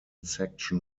section